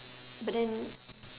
but then